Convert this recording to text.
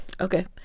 okay